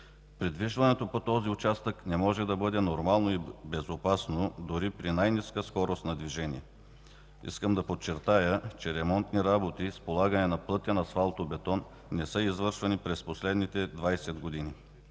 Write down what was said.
Придвижването по този участък не може да бъде нормално и безопасно, дори при най-ниска скорост на движение. Искам да подчерта, че ремонтни работи с полагане на плътен асфалтобетон не са извършвани през последните 20 години.